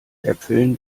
äpfeln